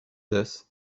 this